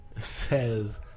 says